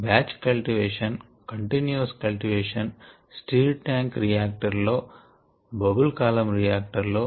batch cultivation continuous cultivation stirred tank రియాక్టర్లు లో bubble column రియాక్టర్లు లో